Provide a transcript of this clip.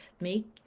make